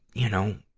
you know,